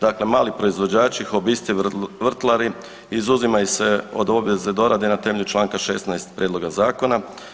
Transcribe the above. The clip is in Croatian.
Dakle, mali proizvođači, hobisti i vrtlari izuzimaju se od obveze dorade na temelju čl. 16. prijedloga zakona.